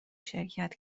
شرکت